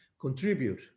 contribute